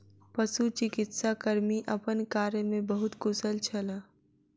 पशुचिकित्सा कर्मी अपन कार्य में बहुत कुशल छल